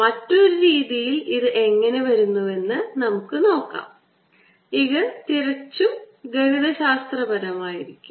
മറ്റൊരു രീതിയിൽ ഇത് എങ്ങനെ വരുന്നുവെന്ന് നമുക്ക് നോക്കാം ഇത് തികച്ചും ഗണിതശാസ്ത്രപരമായിരിക്കും